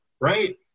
right